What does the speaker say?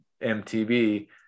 MTB